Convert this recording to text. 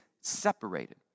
separated